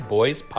Boys